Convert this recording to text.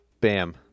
bam